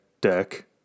deck